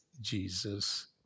Jesus